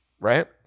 Right